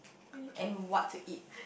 and what to eat